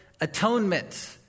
Atonement